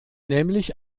nämlich